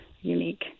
unique